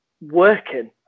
working